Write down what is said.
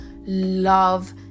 love